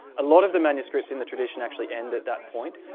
a lot of the manuscripts in the tradition actually end at that point.